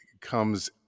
comes